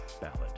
Ballad